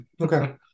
okay